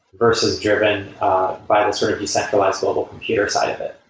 versus driven by the sort of decentralized global computer side of it.